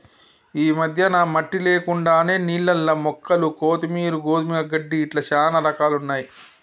ఈ మధ్యన మట్టి లేకుండానే నీళ్లల్ల మొక్కలు కొత్తిమీరు, గోధుమ గడ్డి ఇట్లా చానా రకాలున్నయ్యి